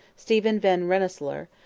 stephen van rensselaer,